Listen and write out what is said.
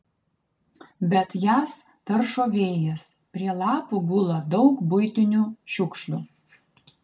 bet jas taršo vėjas prie lapų gula daug buitinių šiukšlių